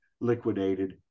liquidated